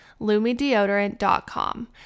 LumiDeodorant.com